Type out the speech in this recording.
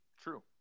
True